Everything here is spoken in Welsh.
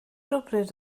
rhywbryd